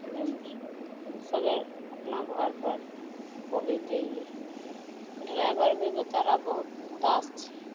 सबेर अपना घरपर पहुँचि जाइए ड्राइवर भी बेचारा बहुत उदास छै